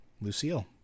Lucille